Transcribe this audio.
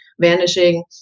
vanishing